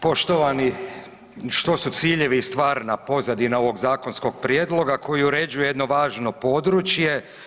Poštovani, što su ciljevi i stvarna pozadina ovog zakonskog prijedloga koji uređuje jedno važno područje?